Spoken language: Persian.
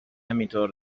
همینطور